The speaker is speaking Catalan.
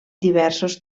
diversos